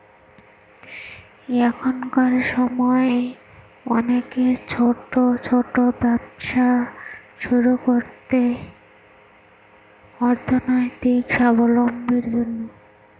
এখনকার সময় অনেকে ছোট ছোট ব্যবসা শুরু করছে অর্থনৈতিক সাবলম্বীর জন্য